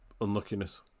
unluckiness